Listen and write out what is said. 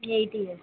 eight years